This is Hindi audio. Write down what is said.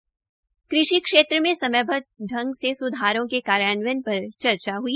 बैठक में कृषि क्षेत्र में समयबदव ढंग से सुधारों के कार्यान्वयन भी चर्चा हई